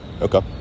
Okay